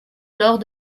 lors